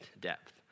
depth